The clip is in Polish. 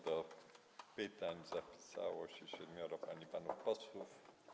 Do pytań zapisało się siedmioro pań i panów posłów.